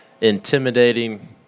intimidating